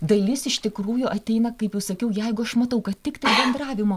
dalis iš tikrųjų ateina kaip jau sakiau jeigu aš matau kad tiktai bendravimo